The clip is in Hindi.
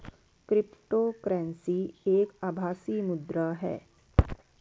क्रिप्टो करेंसी एक आभासी मुद्रा है